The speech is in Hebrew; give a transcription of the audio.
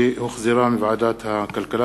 שהחזירה ועדת הכלכלה;